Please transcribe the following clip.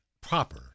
proper